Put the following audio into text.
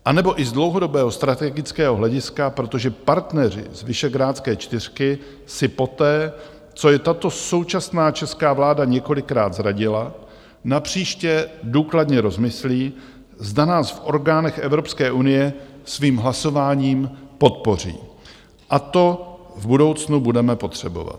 Anebo i z dlouhodobého strategického hlediska, protože partneři z Visegrádské čtyřky si poté, co je tato současná česká vláda několikrát zradila, napříště důkladně rozmyslí, zda nás v orgánech Evropské unie svým hlasováním podpoří, a to v budoucnu budeme potřebovat.